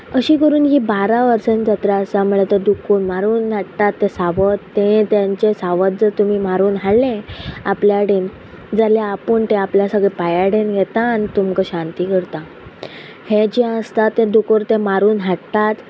अशें करून ही बारा वर्सां जात्रा आसा म्हणल्यार तो दुकोर मारून हाडटात ते सावद तेंचे सावत जर तुमी मारून हाडले आपल्यान जाल्या आपूण तें आपल्या सगळे पांयडेन घेता आनी तुमकां शांती करता हे जे आसता तें दुकोर तें मारून हाडटात